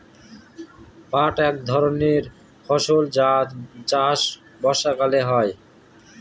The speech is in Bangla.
পাট এক ধরনের ফসল যার চাষ বর্ষাকালে হয়